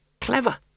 clever